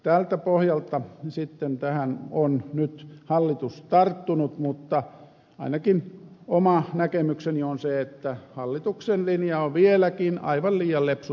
tältä pohjalta sitten tähän on nyt hallitus tarttunut mutta ainakin oma näkemykseni on se että hallituksen linja on vieläkin aivan liian lepsu tässä asiassa